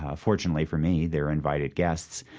ah fortunately for me, their invited guests,